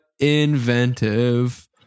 Inventive